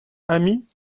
amis